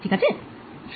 ঠিক আছে